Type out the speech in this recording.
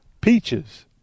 Peaches